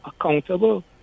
accountable